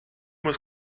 was